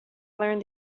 learned